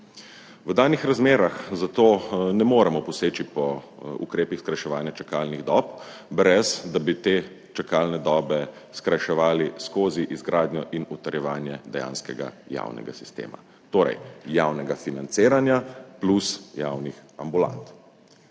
V danih razmerah zato ne moremo poseči po ukrepih skrajševanja čakalnih dob, ne da bi te čakalne dobe skrajševali skozi izgradnjo in utrjevanje dejanskega javnega sistema, torej javnega financiranja plus javnih ambulant.